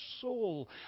soul